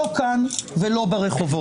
לא כאן ולא ברחובות.